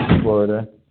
Florida